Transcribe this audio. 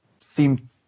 seem